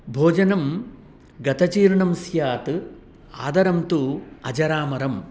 भोजनं गतजीर्णं स्यात् आदरं तु अजरामरं